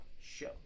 show